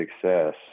success